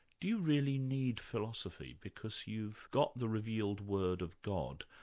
do you really need philosophy? because you've got the revealed word of god,